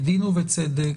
בדין ובצדק,